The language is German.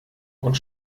und